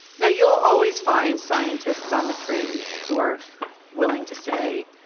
now, you will always find scientists on the fringe who are willing to say,